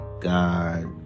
God